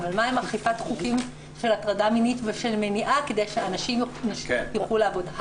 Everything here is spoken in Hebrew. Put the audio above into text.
אבל מה עם אכיפת חוקים של הטרדה מינית ושל מניעה כדי שנשים יוכלו לעבוד.